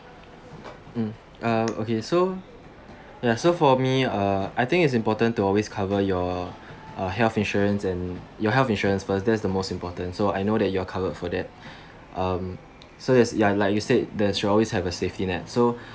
mm um okay so ya so for me err I think it's important to always cover your uh health insurance and your health insurance first that's the most important so I know that you are covered for that um so yes ya like you said there should always have a safety net so